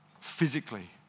physically